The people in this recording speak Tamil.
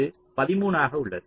இது 13 ஆக உள்ளது